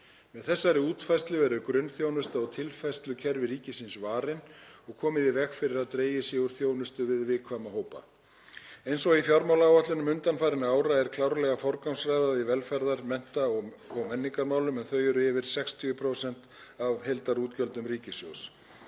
Með þessari útfærslu eru grunnþjónusta og tilfærslukerfi ríkisins varin og komið í veg fyrir að dregið sé úr þjónustu við viðkvæma hópa. Eins og í fjármálaáætlunum undanfarinna ára er klárlega forgangsraðað í velferðarmál og mennta- og menningarmál en þau eru yfir 60% af heildarútgjöldum ríkissjóðs.